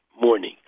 morning